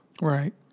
Right